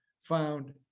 found